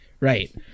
right